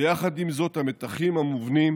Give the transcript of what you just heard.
ויחד עם זאת, המתחים המובנים